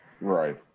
Right